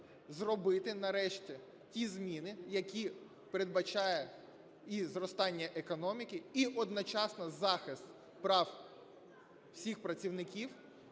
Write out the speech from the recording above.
зробити нарешті ті зміни, які передбачають і зростання економіки, і одночасно захист прав всіх працівників